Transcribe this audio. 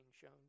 shown